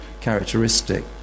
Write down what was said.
characteristic